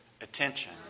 attention